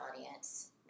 audience